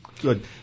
Good